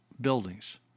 buildings